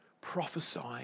prophesying